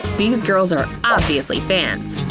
these girls are obviously fans.